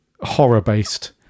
horror-based